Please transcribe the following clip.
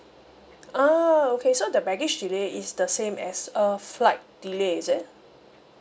ah okay so the baggage delay is the same as a flight delay is it